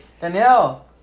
Danielle